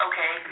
Okay